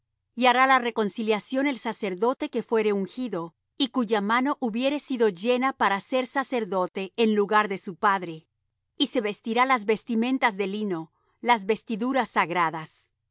y hará la reconciliación el sacerdote que fuere ungido y cuya mano hubiere sido llena para ser sacerdote en lugar de su padre y se vestirá las vestimentas de lino las vestiduras sagradas